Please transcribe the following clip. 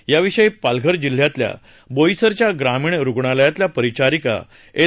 याविषयी पालघर जिल्ह्यातल्या बोईसरच्या ग्रामीण रुग्णालयातल्या परिचारिका एल